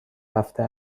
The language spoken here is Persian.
رفته